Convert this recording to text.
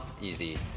Easy